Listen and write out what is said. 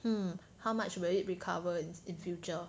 hmm how much will it recover in in future